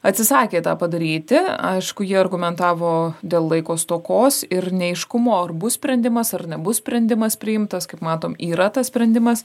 atsisakė tą padaryti aišku ji argumentavo dėl laiko stokos ir neaiškumo ar bus sprendimas ar nebus sprendimas priimtas kaip matom yra tas sprendimas